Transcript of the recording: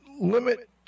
limit